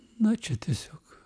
na čia tiesiog